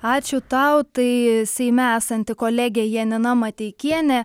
ačiū tau tai seime esanti kolegė janina mateikienė